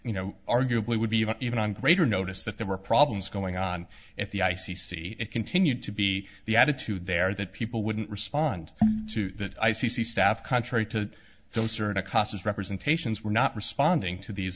you know arguably would be even on greater notice that there were problems going on at the i c c it continued to be the attitude there that people wouldn't respond to that i c c staff contrary to so certain causes representations were not responding to these